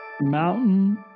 mountain